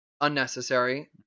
unnecessary